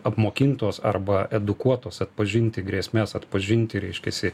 apmokintos arba edukuotos atpažinti grėsmes atpažinti reiškiasi